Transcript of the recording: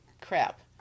crap